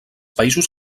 països